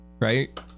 right